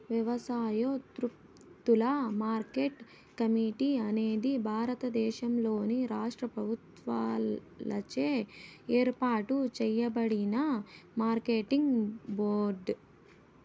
వ్యవసాయోత్పత్తుల market committee అనేది భారతదేశంలోని రాష్ట్ర ప్రభుత్వాలచే ఏర్పాటు చేయబడిన మార్కెటింగ్ బోర్డు